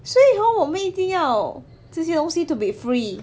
所以 hor 我们一定要这些东西 to be free